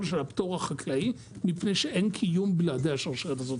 של הפטור החקלאי מפני שאין קיום בלעדי השרשרת הזאת.